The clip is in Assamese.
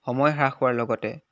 সময় হ্ৰাস হোৱাৰ লগতে